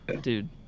dude